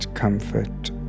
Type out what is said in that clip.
comfort